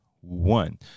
one